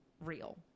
real